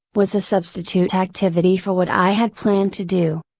was a substitute activity for what i had planned to do.